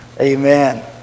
amen